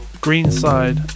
Greenside